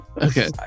Okay